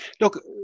look